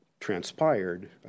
Transpired